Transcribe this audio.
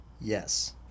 Yes